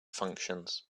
functions